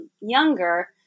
younger